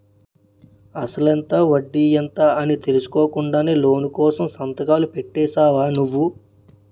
అసలెంత? వడ్డీ ఎంత? అని తెలుసుకోకుండానే లోను కోసం సంతకాలు పెట్టేశావా నువ్వు?